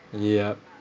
yup